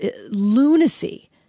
lunacy